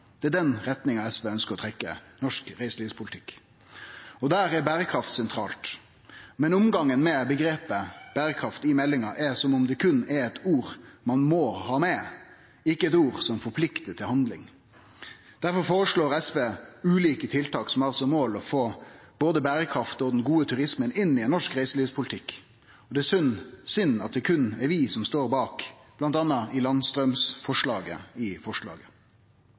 Det er i den retninga SV ønskjer å trekkje norsk reiselivspolitikk. Der er berekraft sentralt, men omgangen med omgrepet «berekraft» i meldinga er som om det berre er eit ord ein må ha med, ikkje eit ord som forpliktar til handling. Difor føreslår SV ulike tiltak som har som mål å få både berekraft og den gode turismen inn i norsk reiselivspolitikk. Det er synd at det berre er vi som står bak bl.a. landstraumforslaget i innstillinga. Derimot er vi veldig glade for at Stortinget i